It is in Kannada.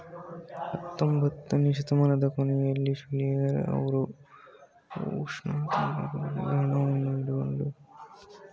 ಹತ್ತೊಂಬತ್ತನೆ ಶತಮಾನದ ಕೊನೆಯಲ್ಲಿ ಸಿಲ್ವಿಯೋಗೆಸೆಲ್ ಅವ್ರು ಋಣಾತ್ಮಕ ಬಡ್ಡಿದರದ ಹಣವನ್ನು ಹಿಡಿದಿಟ್ಟುಕೊಳ್ಳುವ ತೆರಿಗೆ ಎಂದ್ರು